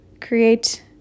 create